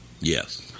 Yes